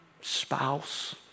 spouse